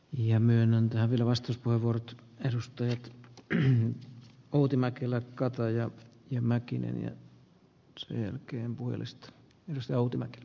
ja myönnän taavilavastus puheenvuorot edustajat eli outi mäkelän kaatajat ja mäkinen iski herkkien puhelist viisi ponnettanut sitä